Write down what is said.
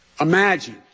Imagine